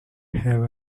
have